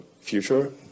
future